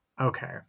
Okay